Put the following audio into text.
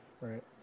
Right